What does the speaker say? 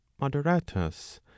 Moderatus